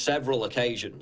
several occasions